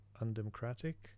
undemocratic